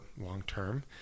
long-term